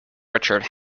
richard